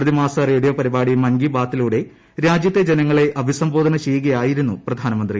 പ്രതിമാസ റേഡിയോ പരിപാടി മൻകി ബാത്തിലൂടെ രാജ്യത്തെ ജനങ്ങളെ അഭിസംബോധന ചെയ്യുകയായിരുന്നു പ്രധാനമന്ത്രി